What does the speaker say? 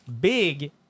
big